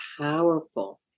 powerful